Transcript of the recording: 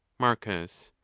marcus.